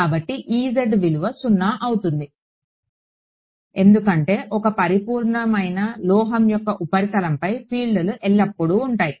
కాబట్టి విలువ 0 అవుతుంది ఎందుకంటే ఒక పరిపూర్ణమైన లోహం యొక్క ఉపరితలంపై ఫీల్డ్లు ఎల్లప్పుడూ ఉంటాయి